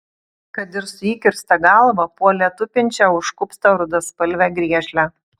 kad ir su įkirsta galva puolė tupinčią už kupsto rudaspalvę griežlę